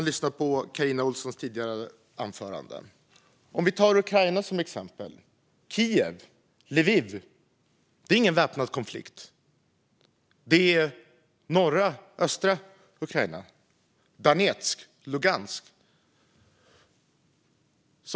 Låt oss ta Ukraina som exempel. I Kiev och Lviv pågår ingen väpnad konflikt, utan det är i nordöstra Ukraina, i Donetsk och Luhansk.